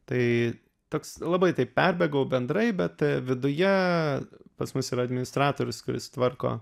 tai toks labai tai perbėgau bendrai bet viduje pas mus yra administratorius kuris tvarko